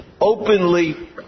openly